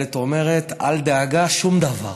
המנהלת אומרת: אל דאגה, שום דבר.